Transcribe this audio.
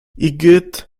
igitt